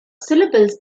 syllables